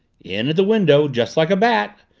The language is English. in at the window just like a bat!